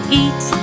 eat